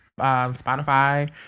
Spotify